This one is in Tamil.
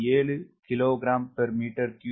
7kg per meter cube